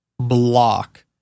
block